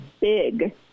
big